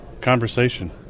Conversation